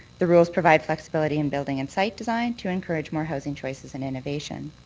the rules provide flexibility in building and site design to encourage more housing choices and innovation.